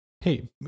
hey